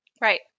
Right